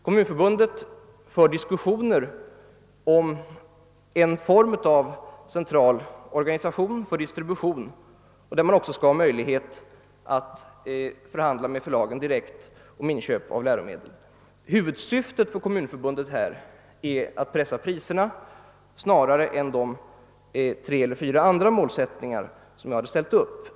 Kommunförbundet för diskussioner om en form av central organisation för distribution, som också skulle ha möjlighet att förhandla direkt med förlagen om inköp av läromedel. Huvudsyftet för Kommunförbundet är att pressa priserna snarare än de tre eller fyra andra målsättningar som jag har ställt upp.